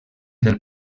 del